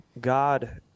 God